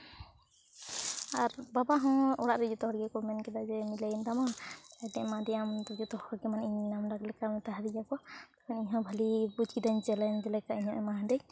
ᱟᱨ ᱵᱟᱵᱟ ᱦᱚᱸ ᱚᱲᱟᱜ ᱨᱮ ᱡᱚᱛᱚ ᱦᱚᱲ ᱜᱮᱠᱚ ᱢᱮᱱ ᱠᱮᱫᱟ ᱡᱮ ᱢᱤᱞᱟᱹᱣᱮᱱ ᱛᱟᱢᱟ ᱦᱮᱸᱛᱚ ᱮᱢᱟᱫᱮᱭᱟᱢ ᱢᱟᱱᱮ ᱡᱚᱛᱚ ᱦᱚᱲ ᱜᱮ ᱢᱟᱱᱮ ᱤᱧ ᱱᱟᱢ ᱰᱟᱠ ᱞᱮᱠᱟ ᱢᱮᱛᱟ ᱦᱟᱫᱤᱧᱟᱠᱚ ᱤᱧ ᱦᱚᱸ ᱵᱷᱟᱹᱞᱤ ᱵᱩᱡ ᱠᱤᱫᱟᱹᱧ ᱪᱮᱞᱮᱧᱡ ᱞᱮᱠᱟ ᱤᱧ ᱦᱚᱸ ᱮᱢᱟ ᱦᱟᱫᱟᱹᱧ